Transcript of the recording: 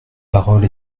parole